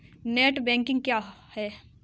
Net banking क्या है?